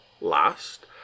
last